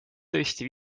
tõesti